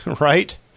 right